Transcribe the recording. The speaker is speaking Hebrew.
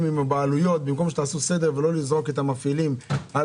עם הבעלויות במקום לעשות סדר ולא לזרוק את המפעילים על